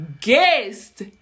guest